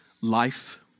life